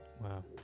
wow